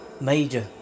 major